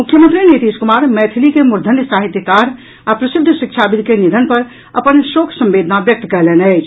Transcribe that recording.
मुख्यमंत्री नीतीश कुमार मैथिली के मूर्धन्य साहित्यकार आ प्रसिद्ध शिक्षाविद् के निधन पर अपन शोक संवेदना व्यक्त कयलनि अछि